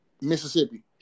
Mississippi